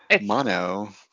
mono